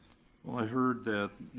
well i heard that,